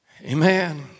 Amen